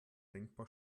denkbar